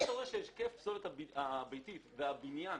שהיקף הפסולת הביתית והבניין